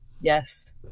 Yes